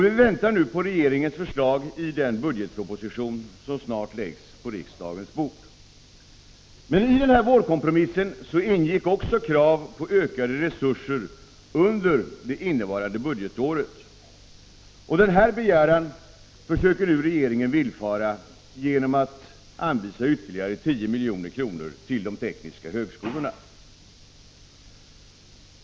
Vi väntar nu på regeringens förslag i den budgetproposition som snart läggs på riksdagens bord. I vårkompromissen ingick också krav på ökade resurser under det innevarande budgetåret. Denna begäran försöker regeringen nu villfara genom att anvisa ytterligare 10 milj.kr. till de tekniska högskolorna.